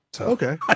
Okay